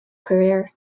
career